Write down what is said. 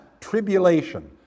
tribulation